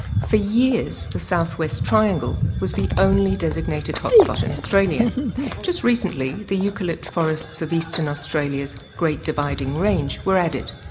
for years, the southwest triangle was the only designated hotspot in australia just recently the eucalypt forests of eastern australia's great dividing range were added.